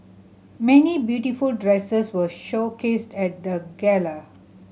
many beautiful dresses were showcased at the gala